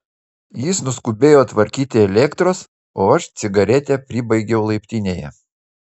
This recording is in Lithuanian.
jis nuskubėjo tvarkyti elektros o aš cigaretę pribaigiau laiptinėje